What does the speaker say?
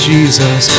Jesus